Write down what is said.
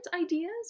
ideas